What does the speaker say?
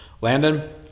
Landon